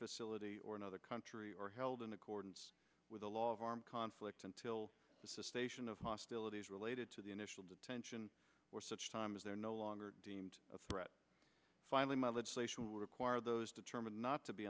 facility or another country or held in accordance with the law of armed conflict until station of hostilities related to the initial detention for such time as they're no longer deemed a threat finally my legislation will require those determined not to be